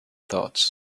thoughts